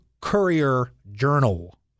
Courier-Journal